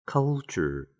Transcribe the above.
Culture